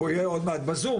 הוא יהיה עוד מעט בזום.